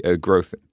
growth